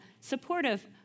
supportive